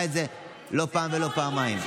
זה קרה לא פעם ולא פעמיים.